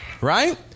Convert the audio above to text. Right